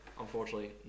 unfortunately